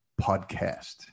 podcast